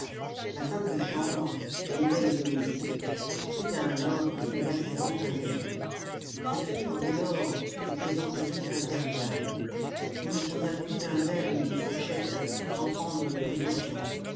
la femme de chambre qui aidait le domestique crut à un ordre et alla tirer un des rideaux ce furent dès lors des plaisanteries interminables on ne posa plus un verre ni une fourchette sans prendre des précautions